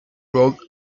role